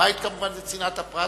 הבית זה כמובן צנעת הפרט,